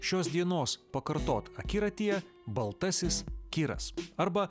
šios dienos pakartot akiratyje baltasis kiras arba